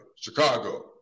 Chicago